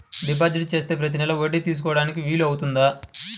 Deposit చేస్తే ప్రతి నెల వడ్డీ తీసుకోవడానికి వీలు అవుతుందా?